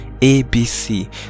ABC